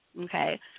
Okay